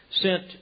sent